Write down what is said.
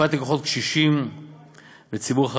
ובפרט לקוחות קשישים והציבור החרדי,